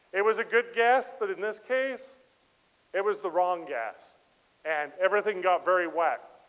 it was a good guess but in this case it was the wrong guess and everything got very wet.